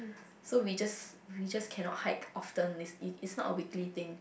so we just we just cannot hike often it's not a weekly thing